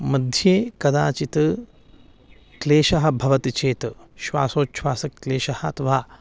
मध्ये कदाचित् क्लेशः भवति चेत् श्वासोछ्वासक्लेशः अथवा